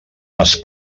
les